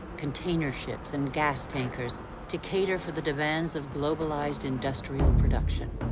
container ships and gas tankers to cater for the demands of globalized industrial production.